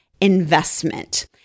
investment